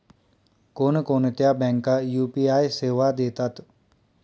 कोणकोणत्या बँका यू.पी.आय सेवा देतात?